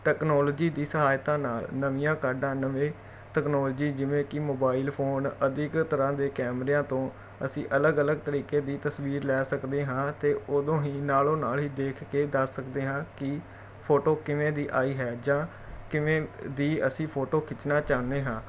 technology ਦੀ ਸਹਾਇਤਾ ਨਾਲ ਨਵੀਆਂ ਕਾਢਾਂ ਨਵੀਂ ਟੈਕਨੋਲਜੀ ਜਿਵੇਂ ਕਿ ਮੋਬਾਈਲ ਫੋਨ ਅਧਿਕ ਤਰ੍ਹਾਂ ਦੇ ਕੈਮਰਿਆਂ ਤੋਂ ਅਸੀਂ ਅਲੱਗ ਅਲੱਗ ਤਰੀਕੇ ਦੀ ਤਸਵੀਰ ਲੈ ਸਕਦੇ ਹਾਂ ਅਤੇ ਉਦੋਂ ਹੀ ਨਾਲੋ ਨਾਲ ਹੀ ਦੇਖ ਕੇ ਦੱਸ ਸਕਦੇ ਹਾਂ ਕਿ ਫੋਟੋ ਕਿਵੇਂ ਦੀ ਆਈ ਹੈ ਜਾਂ ਕਿਵੇਂ ਦੀ ਅਸੀਂ ਫੋਟੋ ਖਿੱਚਣਾ ਚਾਹੁੰਦੇ ਹਾਂ